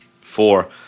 four